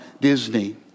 Disney